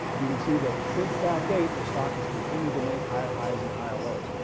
you can see that since that date, the stock has continued to make higher highs and higher lows.